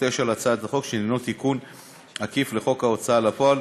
הצעת חוק תשתיות להולכה ולאחסון של נפט על-ידי גורם מפעיל.